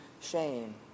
shame